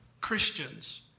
Christians